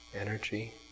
energy